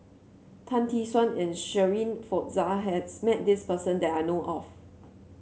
Tan Tee Suan and Shirin Fozdar has met this person that I know of